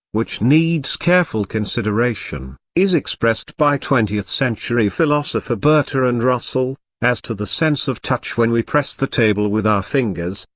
which needs careful consideration, is expressed by twentieth century philosopher bertrand russell as to the sense of touch when we press the table with our fingers,